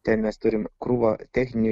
ten mes turim krūvą techninių